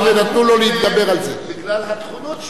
אבל מסי יש אחד, עניים יש הרבה.